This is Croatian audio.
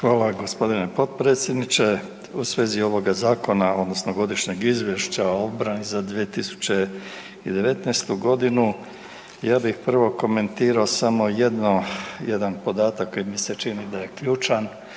Hvala gospodine podpredsjedniče. U svezi ovoga Zakona odnosno Godišnjeg izvješća o obrani za 2019. godinu, ja bih prvo komentirao samo jedno, jedan podatak koji mi se čini da je ključan,